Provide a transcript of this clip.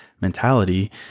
mentality